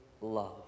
love